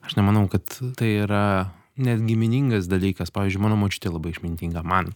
aš nemanau kad tai yra net giminingas dalykas pavyzdžiui mano močiutė labai išmintinga man